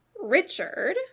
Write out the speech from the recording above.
Richard